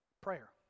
Prayer